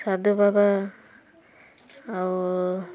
ସାଧୁ ବାବା ଆଉ